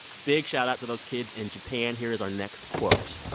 big shoutout to those kids in japan. here is our next quote.